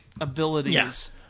abilities